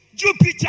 Jupiter